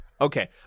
Okay